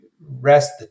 rest